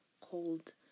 called